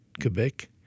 Quebec